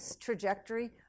trajectory